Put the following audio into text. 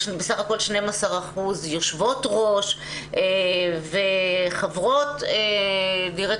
יש לנו בסך הכל 12% יושבות ראש וחברות דירקטוריונים,